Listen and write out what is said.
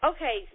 Okay